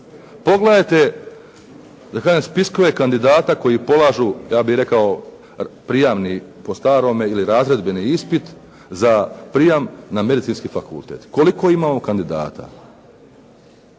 da kažem spiskove kandidata koji polažu ja bih rekao prijamni po starome ili razredbeni ispit za prijam na Medicinski fakultet. Koliko imamo kandidata?